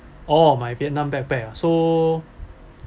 oh my vietnam backpack ah so